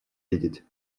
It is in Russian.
видеть